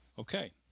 Okay